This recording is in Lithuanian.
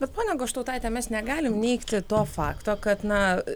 bet ponia goštautaite mes negalim neigti to fakto kad na